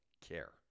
care